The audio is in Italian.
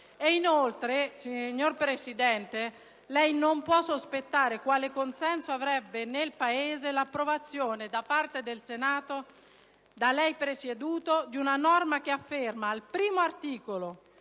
Inoltre, signor Presidente, lei non può sospettare quale consenso avrebbe nel Paese l'approvazione da parte del Senato da lei presieduto, di una norma che afferma al primo comma